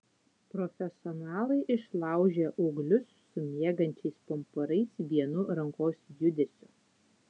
profesionalai išlaužia ūglius su miegančiais pumpurais vienu rankos judesiu